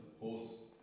horse